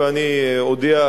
ואני אודיע,